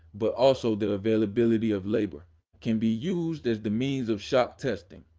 but also the availability of labor can be used as the means of shock testing.